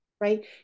right